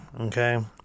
Okay